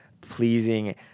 pleasing